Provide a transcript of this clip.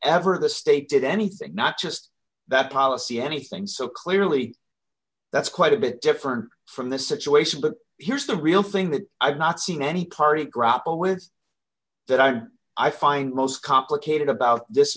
ever the state did anything not just that policy anything so clearly that's quite a bit different from the situation but here's the real thing that i've not seen any current grapple with that i'm i find most complicated about this